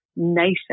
nation